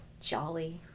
Jolly